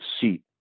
seat